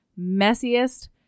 messiest